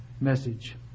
message